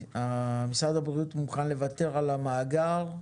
משרד הבריאות מוכן לוותר על המאגר,